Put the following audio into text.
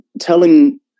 telling